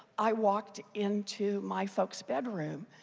i walked into my folks bedroom.